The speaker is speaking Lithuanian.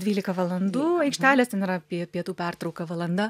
dvylika valandų aikštelės ten yra pietų pertrauka valanda